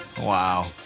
Wow